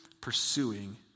pursuing